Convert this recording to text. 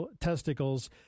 testicles